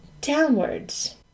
downwards